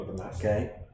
Okay